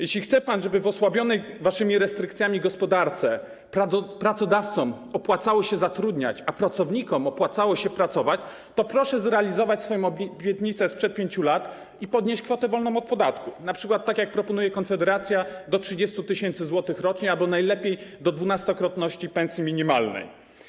Jeśli chce pan, żeby w osłabionej waszymi restrykcjami gospodarce pracodawcom opłacało się zatrudniać, a pracownikom opłacało się pracować, to proszę zrealizować swoją obietnicę sprzed 5 lat i podnieść kwotę wolną od podatku, np. tak jak proponuje Konfederacja, do 30 tys. zł rocznie albo najlepiej do dwunastokrotności pensji minimalnej.